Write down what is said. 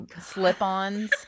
slip-ons